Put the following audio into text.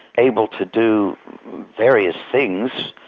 able to do various things,